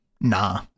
nah